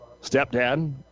stepdad